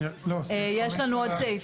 יש לנו עוד סעיף.